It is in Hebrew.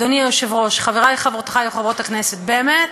אדוני היושב-ראש, חברי וחברותי חברות הכנסת, באמת,